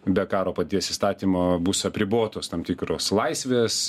be karo paties įstatymo bus apribotos tam tikros laisvės